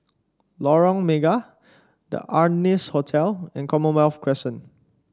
Lorong Mega The Ardennes Hotel and Commonwealth Crescent